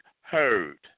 heard